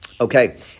Okay